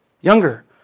Younger